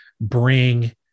bring